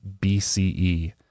BCE